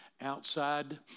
outside